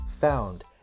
found